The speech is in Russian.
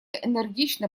энергично